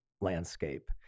landscape